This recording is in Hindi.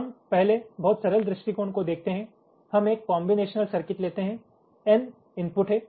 हम पहले बहुत सरल दृष्टिकोण को देखते हैं हम एक कोम्बिनेश्नल सर्किट लेते हैं एन इनपुट हैं